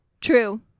True